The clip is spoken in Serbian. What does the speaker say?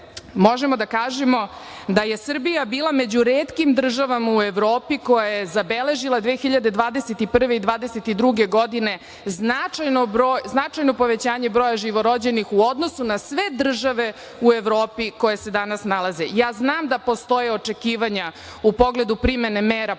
možemo da kažemo da je Srbija bila među retkim državama u Evropi koja je zabeležila 2021. godine i 2022. godine značajno povećanje broja živorođenih u odnosu na sve države u Evropi koje se danas nalaze. Znam da postoje očekivanja u pogledu primene mera populacione